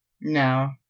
No